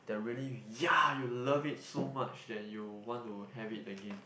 that really yeah you love it so much that you want to have it again